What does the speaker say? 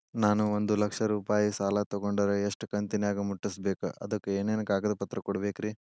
ನಾನು ಒಂದು ಲಕ್ಷ ರೂಪಾಯಿ ಸಾಲಾ ತೊಗಂಡರ ಎಷ್ಟ ಕಂತಿನ್ಯಾಗ ಮುಟ್ಟಸ್ಬೇಕ್, ಅದಕ್ ಏನೇನ್ ಕಾಗದ ಪತ್ರ ಕೊಡಬೇಕ್ರಿ?